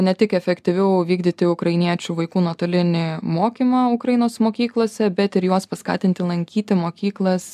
ne tik efektyviau vykdyti ukrainiečių vaikų nuotolinį mokymą ukrainos mokyklose bet ir juos paskatinti lankyti mokyklas